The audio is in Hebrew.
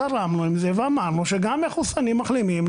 זרמנו עם זה ואמרנו שגם מחוסנים ומחלימים,